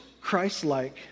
Christ-like